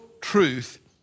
truth